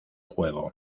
juego